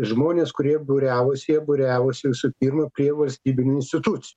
žmonės kurie būriavosi jie būriavosi visų pirma prie valstybinių institucijų